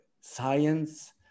science